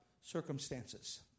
circumstances